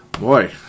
boy